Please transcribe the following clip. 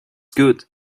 good